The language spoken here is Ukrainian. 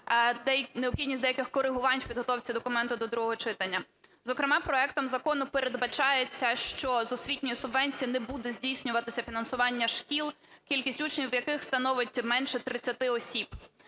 на необхідність деяких коригувань у підготовці документа до другого читання. Зокрема, проектом закону передбачається, що з освітньої субвенції не буде здійснюватися фінансування шкіл, кількість учнів яких становить менше 30 осіб.